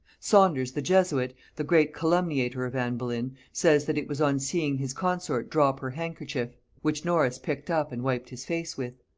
saunders the jesuit, the great calumniator of anne boleyn, says that it was on seeing his consort drop her handkerchief, which norris picked up and wiped his face with.